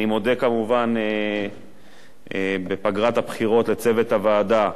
אני מודה כמובן, בפגרת הבחירות, לצוות הוועדה,